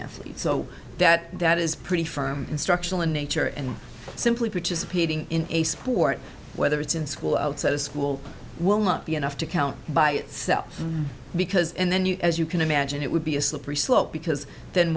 athlete so that that is pretty firm instructional in nature and simply participating in a sport whether it's in school outside of school will not be enough to count by itself because then you as you can imagine it would be a slippery slope because then